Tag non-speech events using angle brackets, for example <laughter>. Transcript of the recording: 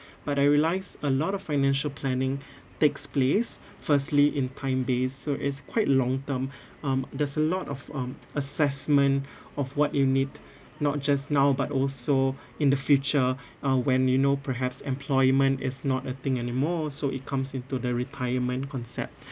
but I realise a lot of financial planning <breath> takes place firstly in time based so it's quite long term <breath> um there's a lot of um assessment <breath> of what you need not just now but also in the future <breath> uh when you know perhaps employment is not a thing anymore so it comes into the retirement concept <breath>